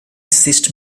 cyst